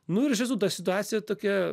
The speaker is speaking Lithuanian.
nu ir iš tiesų ta situacija tokia